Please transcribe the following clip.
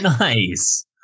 Nice